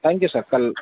thank you sir کل